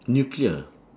nuclear